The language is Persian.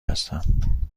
هستم